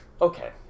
Okay